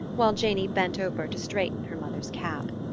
while janey bent over to straighten her mother's cap.